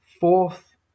Fourth